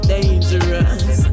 Dangerous